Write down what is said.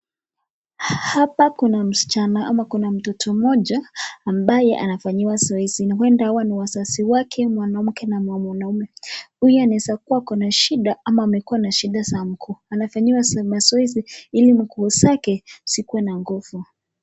Hapa kuna msichana ama kuna mtoto mmoja ambaye anafanyiwa zoezi. Ueda hawa ni wazazi wake mwanamke na mwanaume. Huyu anaeza kuwa akona shida ama amekuwa na shida za mguu. Anafanyiwa mazoezi ili mguu zake zikuwe na nguvu.